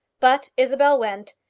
but isabel went,